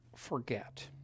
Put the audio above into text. forget